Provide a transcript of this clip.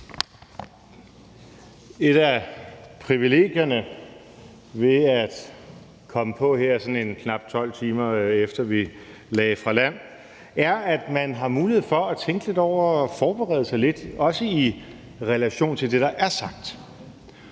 Et af privilegierne ved at komme på her, knap 12 timer efter vi lagde fra land, er, at man har mulighed for at tænke lidt over det og forberede sig lidt, også i relation til det, der er sagt.